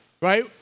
Right